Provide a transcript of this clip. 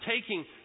taking